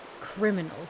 criminal